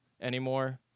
anymore